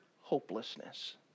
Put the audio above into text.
hopelessness